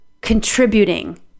contributing